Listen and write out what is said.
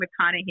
mcconaughey